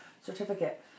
certificate